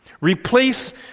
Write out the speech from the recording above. Replace